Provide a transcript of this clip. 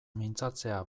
mintzatzea